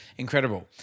Incredible